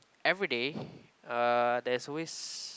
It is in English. everyday uh there's always